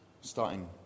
Starting